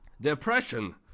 Depression